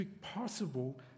possible